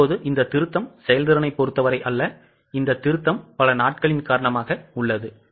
இப்போது இந்த திருத்தம் செயல்திறனைப் பொறுத்தவரை அல்ல இந்த திருத்தம் பல நாட்களின் காரணமாக உள்ளது